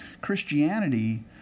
Christianity